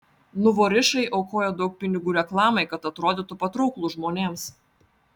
nuvorišai aukoja daug pinigų reklamai kad atrodytų patrauklūs žmonėms